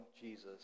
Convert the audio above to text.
Jesus